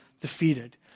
defeated